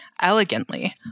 elegantly